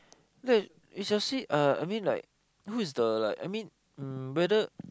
like you just see uh I mean like who is the like I mean um whether